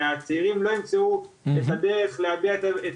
היום שבו הצעירים לא ימצאו את הדרך שלהם להביע את